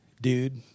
dude